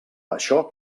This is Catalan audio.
això